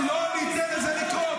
אנחנו לא ניתן לזה לקרות.